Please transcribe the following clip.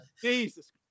Jesus